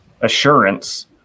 assurance